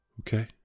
Okay